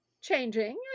changing